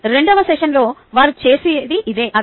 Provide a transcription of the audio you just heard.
రెండవ సెషన్లో వారు చేసేది అదే